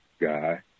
guy